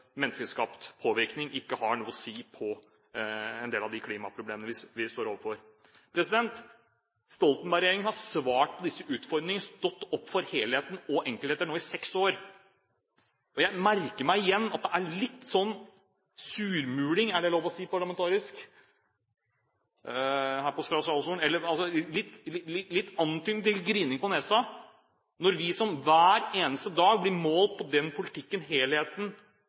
menneskeskapt påvirkning ikke har noe å si for en del av de klimaproblemene vi står overfor? Stoltenberg-regjeringen har svart på disse utfordringene og stått opp for helhet og enkeltheter i seks år. Jeg merker meg igjen at det er litt surmuling – hvis det er parlamentarisk og lov å si her fra talerstolen – eller litt antydning til grining på nesa når vi som hver eneste dag blir målt på den politikken, helheten,